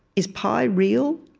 is pi real?